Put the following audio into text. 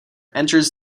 enters